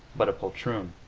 but a poltroon.